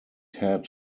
had